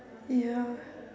ya